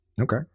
Okay